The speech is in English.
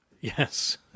Yes